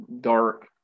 dark